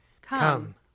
Come